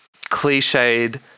Cliched